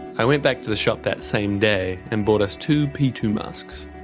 i went back to the shop that same day and bought us two p two masks.